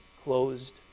closed